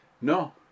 No